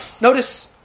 Notice